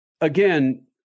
again